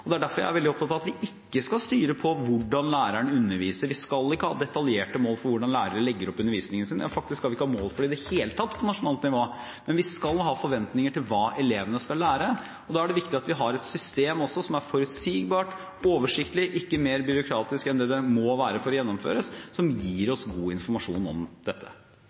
skolen. Det er derfor jeg er veldig opptatt av at vi ikke skal styre hvordan lærerne underviser. Vi skal ikke ha detaljerte mål for hvordan lærerne legger opp undervisningen sin – ja, faktisk skal vi ikke ha mål for det i det hele tatt på nasjonalt nivå – men vi skal ha forventninger til hva elevene skal lære. Da er det viktig at vi også har et system som er forutsigbart, oversiktlig og ikke mer byråkratisk enn det det må være for å gjennomføres, som gir oss god informasjon om dette.